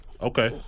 Okay